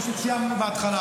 כמו שציינו בהתחלה,